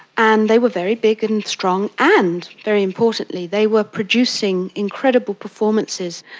and they were very big and strong, and, very importantly, they were producing incredible performances.